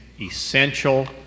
essential